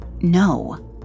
no